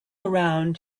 around